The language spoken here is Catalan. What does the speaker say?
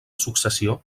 successió